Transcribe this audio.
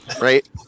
Right